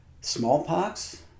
smallpox